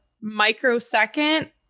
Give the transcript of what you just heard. microsecond